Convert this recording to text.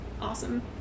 awesome